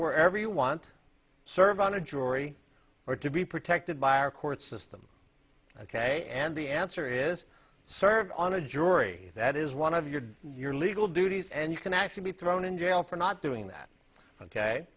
wherever you want serve on a jury or to be protected by our court system ok and the answer is serve on a jury that is one of your your legal duties and you can actually be thrown in jail for not doing that ok